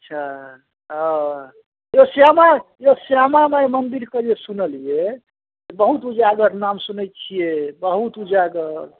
अच्छा आ जे श्यामा जे श्यामा माइ मन्दिर के जे सुनलियै बहुत उजागर नाम सुनै छियै बहुत उजागर